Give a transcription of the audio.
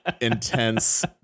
intense